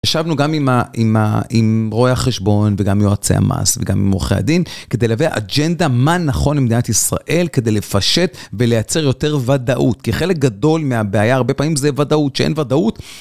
ישבנו גם עם רואה החשבון וגם יועצי המס וגם עם עורכי הדין כדי להביא אג'נדה מה נכון למדינת ישראל כדי לפשט ולייצר יותר ודאות כי חלק גדול מהבעיה הרבה פעמים זה ודאות שאין ודאות